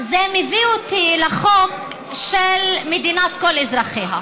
זה מביא אותי לחוק של מדינת כל אזרחיה.